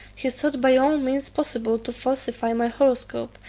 he sought by all means possible to falsify my horoscope,